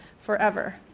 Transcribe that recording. forever